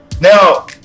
Now